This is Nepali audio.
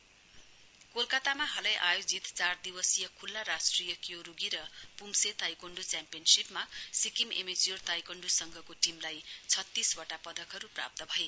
ताइकोण्ड कोलकातामा हालै आयोजित चार दिवसीय खुल्ला राष्ट्रिय क्योरुगी र पुम्से ताइकोण्डु च्याम्पियनशीपमा सिक्किम एमेच्योर ताइकोण्डु संघको टीमलाई छत्तीसवटा पदकहरु प्राप्त भए